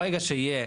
ברגע שיהיה,